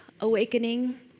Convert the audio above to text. awakening